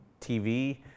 TV